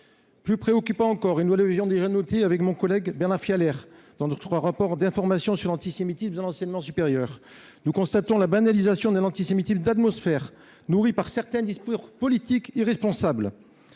Plus préoccupant encore, comme nous l’avions déjà noté avec Bernard Fialaire dans notre rapport d’information sur l’antisémitisme dans l’enseignement supérieur, on constate la banalisation d’un antisémitisme d’atmosphère, nourri par certains discours politiques irresponsables.